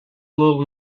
little